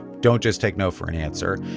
don't just take no for an answer.